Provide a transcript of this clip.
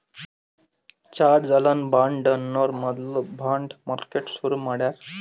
George Alan bond ಅನ್ನೋರು ಮೊದ್ಲ bond market ಶುರು ಮಾಡ್ಯಾರ್